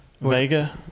vega